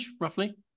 roughly